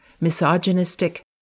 misogynistic